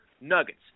Nuggets